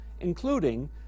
including